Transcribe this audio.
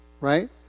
Right